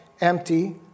empty